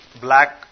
black